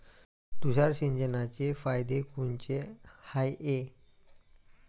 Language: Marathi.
तुषार सिंचनाचे फायदे कोनचे हाये?